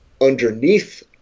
underneath